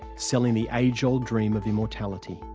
selling the age-old dream of immortality.